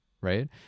right